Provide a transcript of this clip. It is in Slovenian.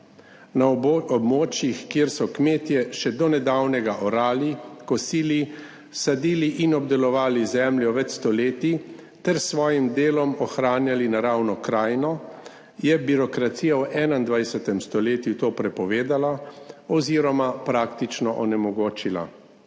Na območjih, kjer so kmetje še do nedavnega orali, kosili, sadili in obdelovali zemljo več stoletij ter s svojim delom ohranjali naravno krajino, je birokracija v 21. stoletju to prepovedala oziroma praktično onemogočila.